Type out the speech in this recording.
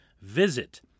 visit